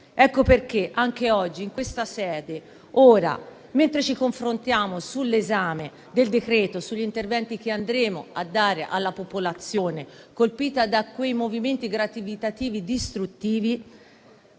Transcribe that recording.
Ecco perché anche oggi in questa sede, mentre ci confrontiamo sull'esame del decreto-legge e sugli interventi che daremo alla popolazione colpita da quei movimenti gravitativi distruttivi,